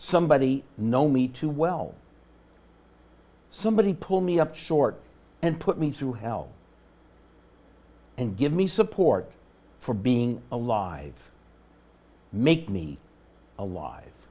somebody know me too well somebody pull me up short and put me through hell and give me support for being alive make me alive